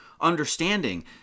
understanding